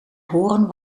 horen